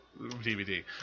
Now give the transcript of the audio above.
DVD